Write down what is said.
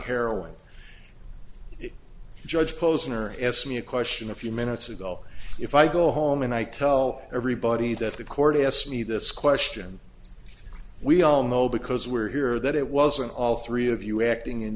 heroin it judge posner s me a question a few minutes ago if i go home and i tell everybody that the court asked me this question we all know because we're here that it wasn't all three of you acting in